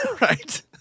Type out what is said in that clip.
Right